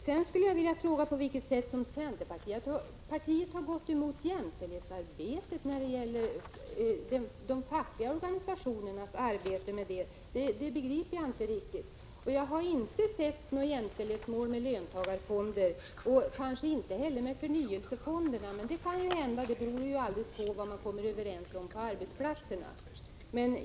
Sedan vill jag fråga på vilket sätt centerpartiet skulle ha gått emot de fackliga organisationernas jämställdhetsarbete. Det påståendet begriper jag inte riktigt. Jag har inte kunnat finna något jämställdhetsmål i löntagarfondernas och inte heller i förnyelsefondernas verksamhet, men vi får väl se vad som händer — det beror ju på vad man kommer överens om på arbetsplatserna.